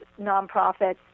nonprofits